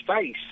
face